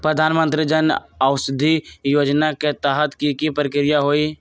प्रधानमंत्री जन औषधि योजना के तहत की की प्रक्रिया होई?